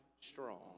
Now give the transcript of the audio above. strong